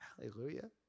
Hallelujah